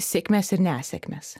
sėkmes ir nesėkmes